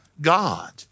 God